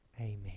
Amen